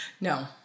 No